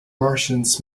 martians